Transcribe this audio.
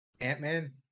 ant-man